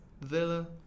Villa